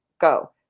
go